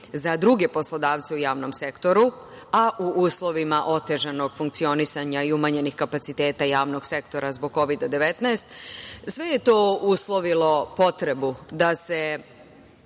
za druge poslodavce u javnom sektoru, a u uslovima otežanog funkcionisanja i umanjenih kapaciteta javnog sektora zbog Kovida 19, sve je to uslovilo potrebu da se